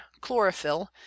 chlorophyll